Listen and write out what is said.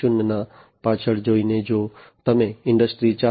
0 ને પાછળ જોઈને જો તમે ઈન્ડસ્ટ્રી 4